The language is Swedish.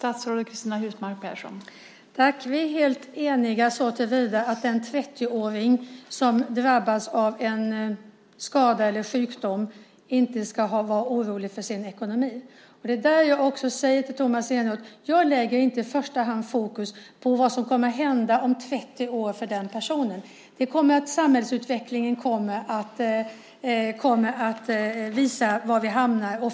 Fru talman! Vi är helt eniga såtillvida att en 30-åring som drabbas av en skada eller sjukdom inte ska behöva vara orolig för sin ekonomi. Jag lägger inte i första hand, Tomas Eneroth, fokus på vad som kommer att hända om 30 år för den personen. Samhällsutvecklingen kommer att visa var vi hamnar.